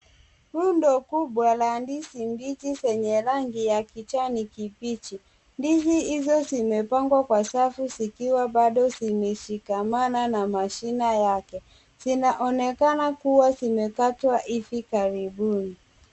Rundo kubwa la ndizi mbichi zenye rangi ya kijani kibichi. Ndizi hizo zimepangwa kwa safu zikiwa bado zimeshikamana na mashina yake. Zinaonekana kuwa zimekatwa hivi karibuni.